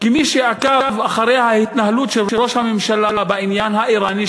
כמי שעקב אחרי ההתנהלות של ראש הממשלה בעניין האיראני,